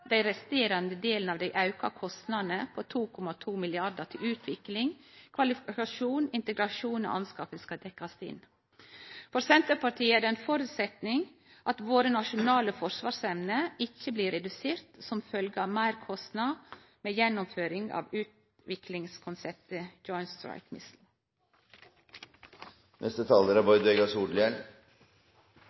dei auka kostnadene på 2,2 mrd. kr til utvikling, kvalifikasjon, integrasjon og anskaffing skal dekkjast inn. For Senterpartiet er det ein føresetnad at vår nasjonale forsvarsevne ikkje blir redusert som følgje av meirkostnadene med gjennomføringa av